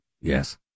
Yes